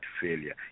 failure